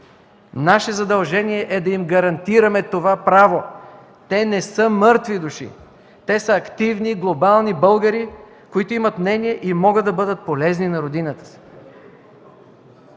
Наше задължение е да им гарантираме това право. Те не са мъртви души, те са активни глобални българи, които имат мнение и могат да бъдат полезни на родината си.